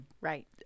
right